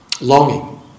longing